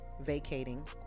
vacating